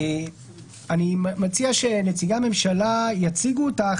אני מציע שנציגי הנציגה יציגו אותה,